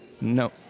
no